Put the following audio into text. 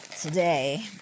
Today